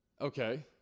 Okay